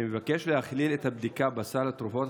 אני מבקש להכליל את הבדיקה בסל התרופות,